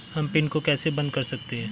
हम पिन को कैसे बंद कर सकते हैं?